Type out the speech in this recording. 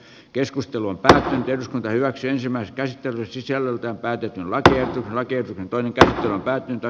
keskustelun tähtien hyväksi ensimmäiset taistelut sisällöltään päädytty väkeä näkee toinen tähti välkky ja